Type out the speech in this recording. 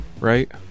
right